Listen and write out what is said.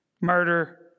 murder